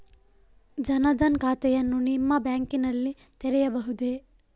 ಜನ ದನ್ ಖಾತೆಯನ್ನು ನಿಮ್ಮ ಬ್ಯಾಂಕ್ ನಲ್ಲಿ ತೆರೆಯಬಹುದೇ?